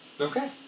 Okay